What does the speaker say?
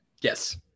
Yes